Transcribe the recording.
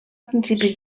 principis